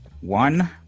One